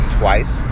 twice